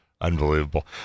Unbelievable